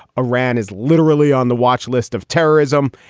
iran is literally on the watch list of terrorism.